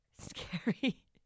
scary